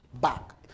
back